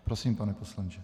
Prosím, pane poslanče.